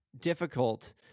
difficult